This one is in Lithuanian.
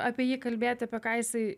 apie jį kalbėti apie ką jisai